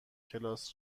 کلاس